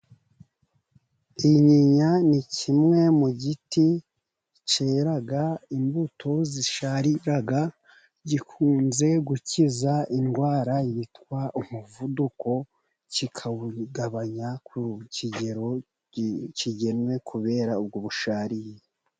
Inyinya ni kimwe mu giti cyera imbuto zisharira. Gikunze gukiza indwara yitwa umuvuduko, kikawugabanya ku kigero kigenwe kubera ubwo busharire.